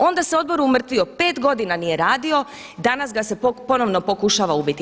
Onda se odbor umrtvio, pet godina nije radio, danas ga se ponovno pokušava ubiti.